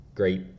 great